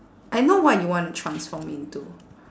I know what you want to transform into